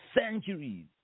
centuries